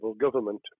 government